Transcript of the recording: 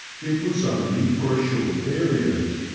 it was only for a short period,